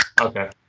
Okay